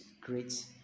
great